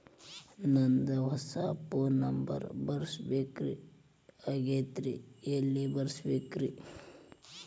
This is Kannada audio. ನಂದ ಹೊಸಾ ಫೋನ್ ನಂಬರ್ ಬರಸಬೇಕ್ ಆಗೈತ್ರಿ ಎಲ್ಲೆ ಬರಸ್ಬೇಕ್ರಿ?